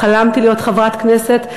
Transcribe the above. חלמתי להיות חברת כנסת.